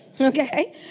Okay